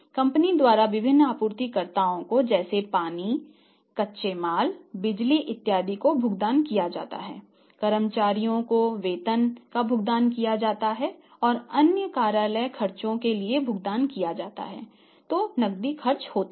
company द्वारा विभिन्न आपूर्तिकर्ताओं को जैसे पानी कच्चे मालबिजली इत्यादि को भुगतान किया जाता है कर्मचारियों को वेतन का भुगतान किया जाता है या अन्य कार्यालय खर्चों के लिए भुगतान किया जाता है तो नकदी खर्च होता है